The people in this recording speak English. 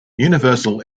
universal